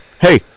hey